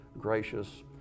gracious